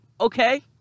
okay